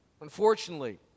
Unfortunately